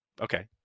Okay